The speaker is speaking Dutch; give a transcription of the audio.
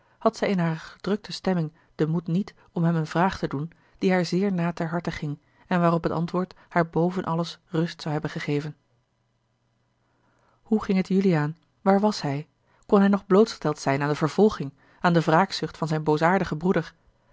had zij in hare gedrukte stemming den moed niet om hem eene vraag te doen die haar zeer na ter harte ging en waarop het antwoord haar boven alles rust zou hebben gegeven hoe ging het juliaan waar was hij kon hij nog blootgesteld zijn aan de vervolging aan de wraakzucht van zijn boosaardigen broeder